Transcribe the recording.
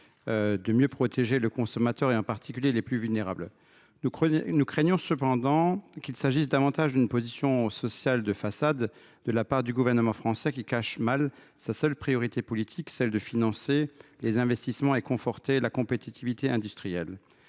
de mieux protéger les consommateurs, en particulier les plus vulnérables. Nous craignons cependant qu’il s’agisse davantage, de la part du Gouvernement français, d’une position sociale de façade, qui cache mal sa seule priorité politique, celle de financer les investissements et de conforter la compétitivité industrielle.